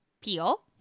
Peel